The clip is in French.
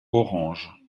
orange